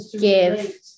give